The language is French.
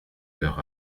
leur